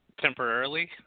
temporarily